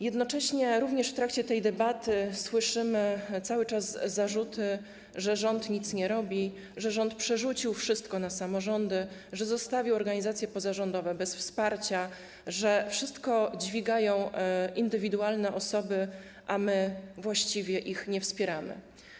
Jednocześnie również w trakcie tej debaty słyszymy cały czas zarzuty, że rząd nic nie robi, że rząd przerzucił wszystko na samorządy, że zostawił organizacje pozarządowe bez wsparcia, że wszystko dźwigają indywidualne osoby, a my właściwie ich nie wspieramy.